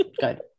good